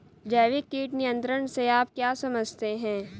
जैविक कीट नियंत्रण से आप क्या समझते हैं?